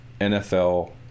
NFL